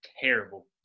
terrible